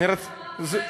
זה לא מה שאמרתי.